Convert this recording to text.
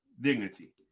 Dignity